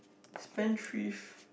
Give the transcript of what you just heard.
spendthrift